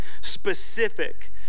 specific